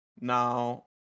Now